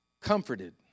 comforted